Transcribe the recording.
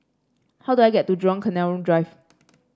how do I get to Jurong Canal Drive